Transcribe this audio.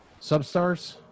substars